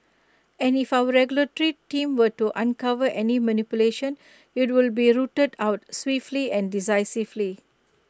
and if our regulatory team were to uncover any manipulation IT would be A rooted out swiftly and decisively